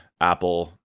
Apple